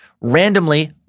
Randomly